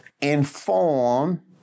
inform